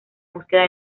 búsqueda